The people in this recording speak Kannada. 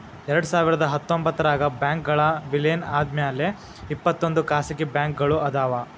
ಎರಡ್ಸಾವಿರದ ಹತ್ತೊಂಬತ್ತರಾಗ ಬ್ಯಾಂಕ್ಗಳ್ ವಿಲೇನ ಆದ್ಮ್ಯಾಲೆ ಇಪ್ಪತ್ತೊಂದ್ ಖಾಸಗಿ ಬ್ಯಾಂಕ್ಗಳ್ ಅದಾವ